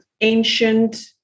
ancient